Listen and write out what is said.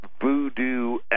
voodoo